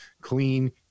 clean